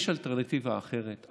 יש אלטרנטיבה אחרת,